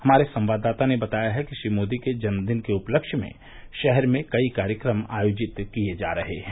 हमारे संवाददाताने बताया है कि श्री मोदी के जन्मदिन के उपलक्ष्य में शहर में कई कार्यक्रम आयोजित किये जा रहे हैं